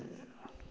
जी